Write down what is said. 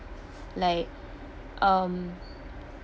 like um